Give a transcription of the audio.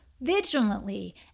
vigilantly